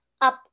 up